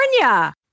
California